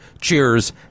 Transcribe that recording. Cheers